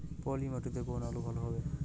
পলি মাটিতে কোন আলু ভালো হবে?